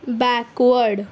backward